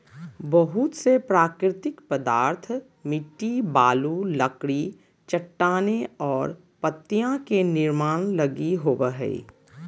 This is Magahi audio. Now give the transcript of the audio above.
बहुत से प्राकृतिक पदार्थ मिट्टी, बालू, लकड़ी, चट्टानें और पत्तियाँ के निर्माण लगी होबो हइ